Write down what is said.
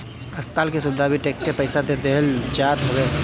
अस्पताल के सुविधा भी टेक्स के पईसा से देहल जात हवे